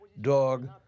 dog